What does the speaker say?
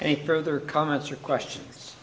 any further comments or questions